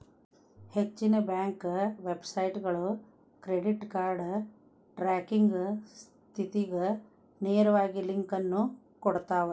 ಹೆಚ್ಚಿನ ಬ್ಯಾಂಕ್ ವೆಬ್ಸೈಟ್ಗಳು credit card tracking ಸ್ಥಿತಿಗ ನೇರವಾಗಿ ಲಿಂಕ್ ಅನ್ನು ಕೊಡ್ತಾವ